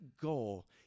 goal